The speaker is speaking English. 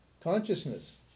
consciousness